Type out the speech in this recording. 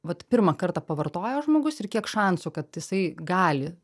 vat pirmą kartą pavartojo žmogus ir kiek šansų kad jisai gali